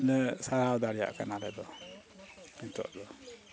ᱥᱟᱨᱟᱣ ᱫᱟᱲᱮᱭᱟᱜ ᱠᱟᱱᱟ ᱟᱞᱮ ᱫᱚ ᱱᱤᱛᱳᱜ ᱫᱚ